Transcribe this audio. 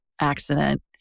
accident